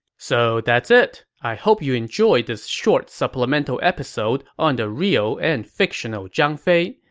so that's it. i hope you enjoyed this short supplemental episode on the real and fictional zhang fei,